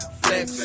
flex